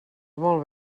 molt